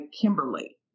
Kimberly